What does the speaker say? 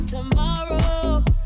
Tomorrow